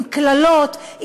עם קללות,